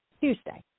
Tuesday